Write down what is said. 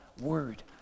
word